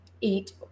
eat